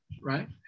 right